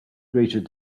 greeted